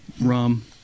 rum